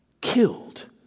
killed